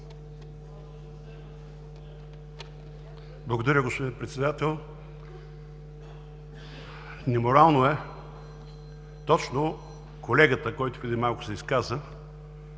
Благодаря, господин председател. Неморално е точно колегата, който преди малко се изказа,